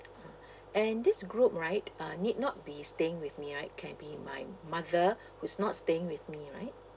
and this group right uh need not be staying with me right can be my mother who's not staying with me right